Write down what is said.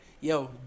yo